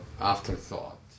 afterthought